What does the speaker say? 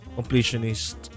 Completionist